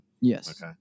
Yes